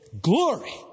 glory